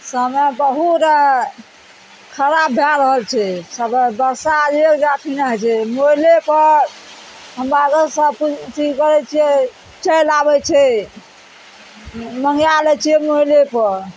समय बहुते खराब भए रहल छै सगर बरसा एक जरा सा नहि होइ छै मोबाइले पर हमरा लग सब किछु अथी करय छियै चलि आबय छै मँगाय लै छियै मोबाइलेपर